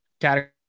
category